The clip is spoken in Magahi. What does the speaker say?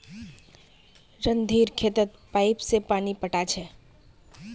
रणधीर खेतत पाईप स पानी पैटा छ